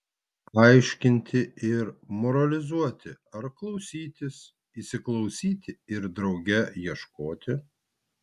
aiškinti ir moralizuoti ar klausytis įsiklausyti ir drauge ieškoti